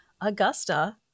Augusta